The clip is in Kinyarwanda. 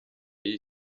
y’iyi